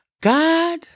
God